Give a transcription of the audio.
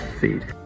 feed